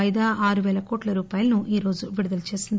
వాయిదా ఆరువేల కోట్ల రూపాయలను ఈరోజు విడుదల చేసింది